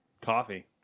coffee